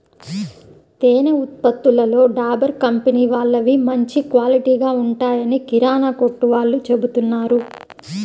తేనె ఉత్పత్తులలో డాబర్ కంపెనీ వాళ్ళవి మంచి క్వాలిటీగా ఉంటాయని కిరానా కొట్టు వాళ్ళు చెబుతున్నారు